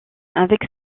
avec